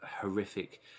horrific